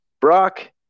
Brock